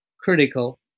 critical